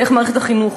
דרך מערכת החינוך,